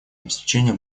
обеспечения